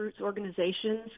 organizations